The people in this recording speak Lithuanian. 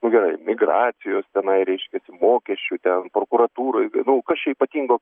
nu gerai migracijos tenai reiškiasi mokesčių ten prokuratūroj nu kas čia ypatingo